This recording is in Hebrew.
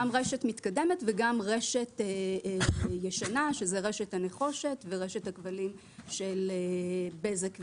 גם רשת מתקדמת וגם רשת ישנה שזו רשת הנחושת ורשת הכבלים של בזק והוט.